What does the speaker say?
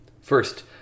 First